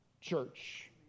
church